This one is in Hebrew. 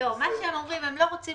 מה שהם אומרים, הם לא רוצים